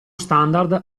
standard